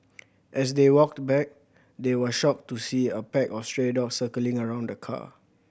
as they walked back they were shocked to see a pack of stray dogs circling around the car